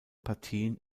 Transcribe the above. partien